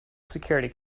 security